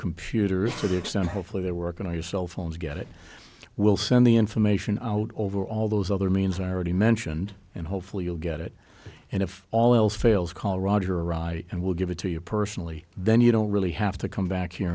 computers to the extent hopefully they're working on your cell phones get it we'll send the information out over all those other means i already mentioned and hopefully you'll get it and if all else fails call roger rye and we'll give it to you personally then you don't really have to come back here